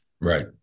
Right